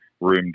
room